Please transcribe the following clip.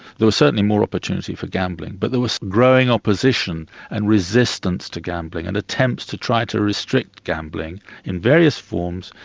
there was certainly more opportunity for gambling, but there was growing opposition and resistance to gambling, and attempts to try to restrict gambling in various forms,